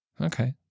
Okay